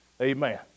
Amen